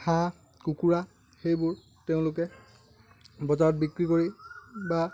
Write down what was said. হাঁহ কুকুৰা সেইবোৰ তেওঁলোকে বজাৰত বিক্ৰী কৰি বা